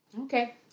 Okay